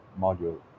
module